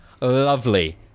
lovely